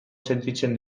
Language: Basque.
sentitzen